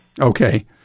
Okay